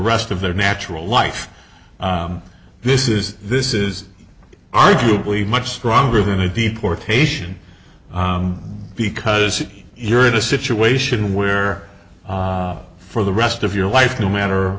rest of their natural life this is this is arguably much stronger than the deportation because you're in a situation where for the rest of your life no matter